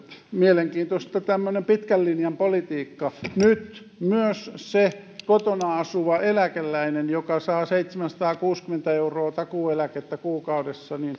mielenkiintoista tämmöinen pitkän linjan politiikka nyt myös kotona asuvalta eläkeläiseltä joka saa seitsemänsataakuusikymmentä euroa takuueläkettä kuukaudessa